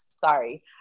sorry